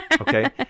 okay